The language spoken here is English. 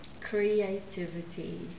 Creativity